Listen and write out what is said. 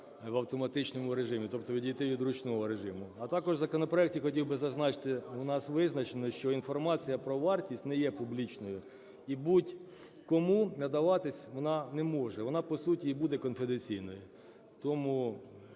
в автоматичному режимі, тобто відійти від ручного режиму. А також у законопроекті, хотів би зазначити, у нас визначено, що інформація про вартість не є публічною і будь-кому надаватись вона не може, вона по суті і буде конфіденційною.